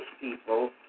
people